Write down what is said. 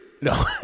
No